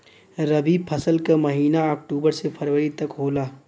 रवी फसल क महिना अक्टूबर से फरवरी तक होला